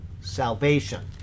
salvation